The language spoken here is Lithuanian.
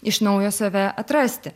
iš naujo save atrasti